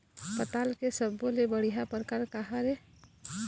पताल के सब्बो ले बढ़िया परकार काहर ए?